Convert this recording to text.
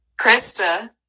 Krista